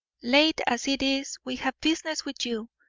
late as it is, we have business with you.